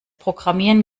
programmieren